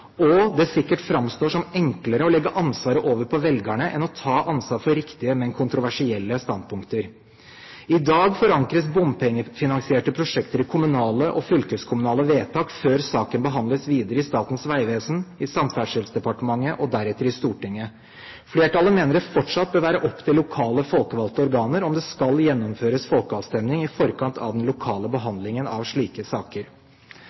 og det sikkert framstår som enklere å legge ansvaret over på velgerne enn å ta ansvar for riktige, men kontroversielle standpunkter. I dag forankres bompengefinansierte prosjekter i kommunale og fylkeskommunale vedtak før saken behandles videre i Statens vegvesen, i Samferdselsdepartementet og deretter i Stortinget. Flertallet mener det fortsatt bør være opp til lokale folkevalgte organer om det skal gjennomføres folkeavstemning i forkant av den lokale behandlingen av slike saker.